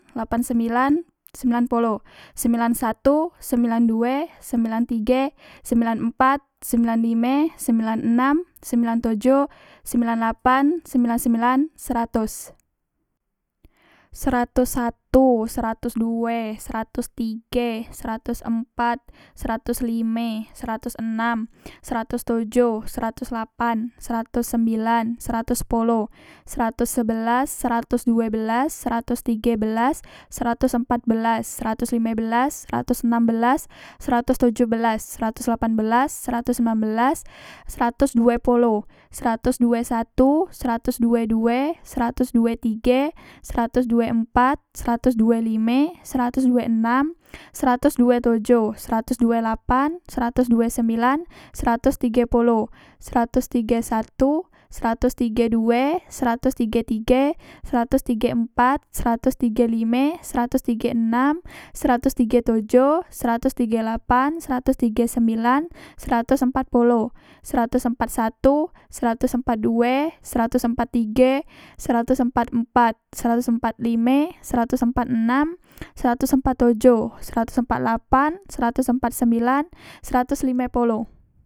Lapan sembilan sembilan polo sembilan satu sembilan due sembilan tige sembilan empat sembilan lime sembilan enam sembilan tojo sembilan lapan sembilan sembilan seratos seratos satu seratos due seratos tige seratos empat seratos lime seratos enam seratos tojo seratos lapan seratos sembilan seratos sepolo seratos sebelas seratos due belas seratos tige belas seratos empat belas seratos lime belas seratos enam belas seratos tojo belas seratos lapan belas seratos sembilan belas seratos due polo seratos due satu seratos due due seratos due tige seratos due empat seratos due lime seratos due enam seratos due tojo seratos due lapan seratos due sembilan seratos tige polo seratos tige satu seratos tige due seratos tige tige seratos tige empat seratos tige lime seratos tige enam seratos tige tojo seratos tige lapan seratos tige sembilan seratos empat polo seratos empat satu seratos empat due seratos empat tige seratos empat empat seratos empat lime seratos empat enam seratos empat tojo seratos empat lapan seratos empat sembilan seratos lime polo